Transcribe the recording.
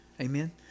Amen